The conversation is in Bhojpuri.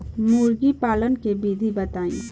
मुर्गीपालन के विधी बताई?